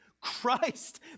Christ